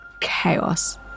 Chaos